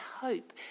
hope